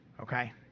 okay